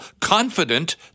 confident